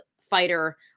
fighter